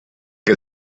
que